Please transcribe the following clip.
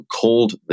called